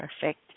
perfect